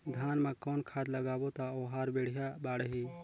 धान मा कौन खाद लगाबो ता ओहार बेडिया बाणही?